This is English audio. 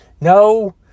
no